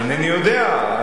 אינני יודע.